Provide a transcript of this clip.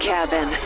Cabin